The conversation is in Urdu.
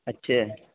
اچھا